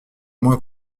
moins